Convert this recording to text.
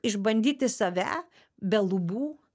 išbandyti save be lubų